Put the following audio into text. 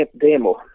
demo